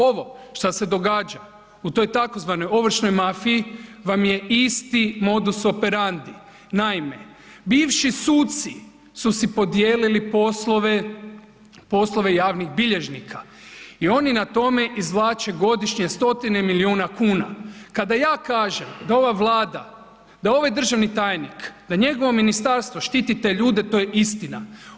Ovo šta se događa u toj tzv. ovršnoj mafiji vam je isti modus operandi, naime bivši suci su si podijelili poslove, poslove javnih bilježnika oni na tome izvlače godišnje 100-tine miliona kuna, kada ja kažem da ova Vlada, da ovaj državni tajnik da njegovo ministarstvo štiti te ljude to je istina.